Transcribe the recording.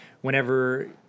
whenever